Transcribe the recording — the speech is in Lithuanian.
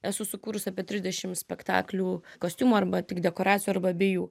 esu sukūrusi apie trisdešim spektaklių kostiumų arba tik dekoracijų arba abiejų